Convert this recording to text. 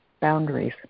boundaries